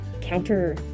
counter